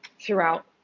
throughout